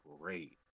great